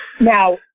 Now